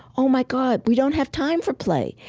oh, my god. we don't have time for play.